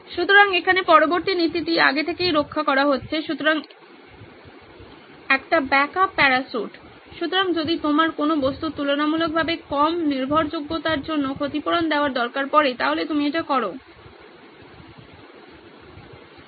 সুতরাং এখানে পরবর্তী নীতিটি আগে থেকেই রক্ষা করা হচ্ছে উদাহরণটি একটি ব্যাকআপ প্যারাসুট সুতরাং যদি আপনার কোনও বস্তুর তুলনামূলকভাবে কম নির্ভরযোগ্যতার জন্য ক্ষতিপূরণ দেওয়ার দরকার পরে তাহলে আপনি এটি করুন